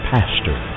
Pastor